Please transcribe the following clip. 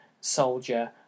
soldier